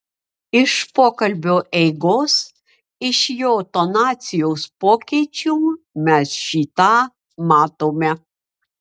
iš pokalbio eigos iš jo tonacijos pokyčių mes šį tą matome